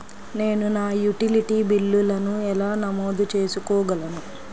నేను నా యుటిలిటీ బిల్లులను ఎలా నమోదు చేసుకోగలను?